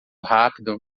rápido